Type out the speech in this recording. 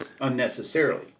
unnecessarily